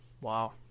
wow